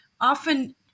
often